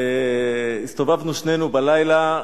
הסתובבנו שנינו בלילה.